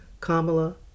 Kamala